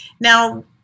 Now